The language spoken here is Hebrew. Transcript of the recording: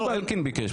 כבר אלקין ביקש.